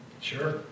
sure